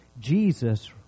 Jesus